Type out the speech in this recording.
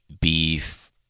beef